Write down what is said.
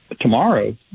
tomorrow